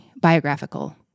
biographical